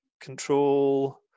Control